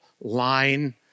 line